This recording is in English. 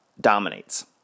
dominates